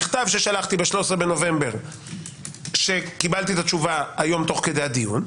מכתב ששלחתי ב-13.11 שקיבלתי את התשובה היום תוך כדי הדיון,